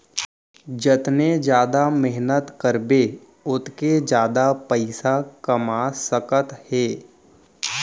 जतने जादा मेहनत करबे ओतके जादा पइसा कमा सकत हे